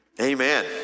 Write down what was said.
Amen